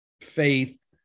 faith